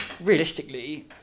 realistically